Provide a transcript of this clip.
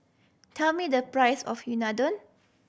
tell me the price of Unadon